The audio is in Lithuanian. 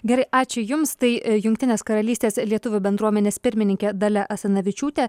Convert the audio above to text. gerai ačiū jums tai jungtinės karalystės lietuvių bendruomenės pirmininkė dalia asanavičiūtė